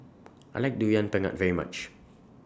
I like Durian Pengat very much